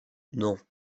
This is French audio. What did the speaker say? non